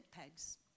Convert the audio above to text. pegs